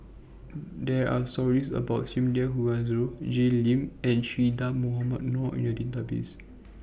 There Are stories about Sumida Haruzo Jay Lim and Che Dah Mohamed Noor in The Database